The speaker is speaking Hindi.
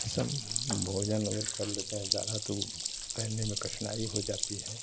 सम भोजन अगर कर लेते हैं ज़्यादा तो तैरने में कठिनाई हो जाती है